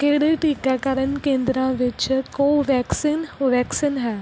ਕਿਹੜੇ ਟੀਕਾਕਰਨ ਕੇਂਦਰਾਂ ਵਿੱਚ ਕੋਵੈਕਸਿਨ ਵੈਕਸੀਨ ਹੈ